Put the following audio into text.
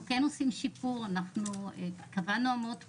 אנחנו כן עושים שיפור, אנחנו קבענו אמות מידה,